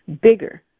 bigger